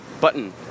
button